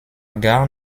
gare